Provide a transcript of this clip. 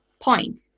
point